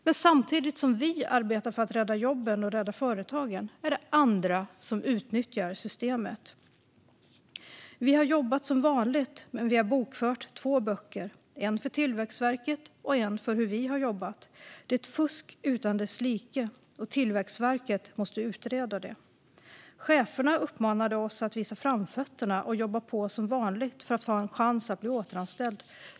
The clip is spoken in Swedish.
Men samtidigt som vi arbetar för att rädda jobben och rädda företagen är det andra som utnyttjar systemet. Detta är röster från personer som jobbat på företag som fuskat med permitteringsstödet: "Vi har jobbat som vanligt men vi har bokfört två böcker, en för Tillväxtverket och en för hur vi har jobbat. Detta är ett fusk utan dess like och Tillväxtverket måste utreda det." "Cheferna uppmanade oss att visa framfötterna och jobba på som vanligt för att ha en chans att bli återanställd.